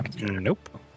Nope